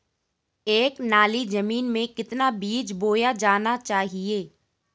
एक नाली जमीन में कितना बीज बोया जाना चाहिए?